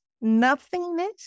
nothingness